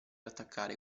attaccare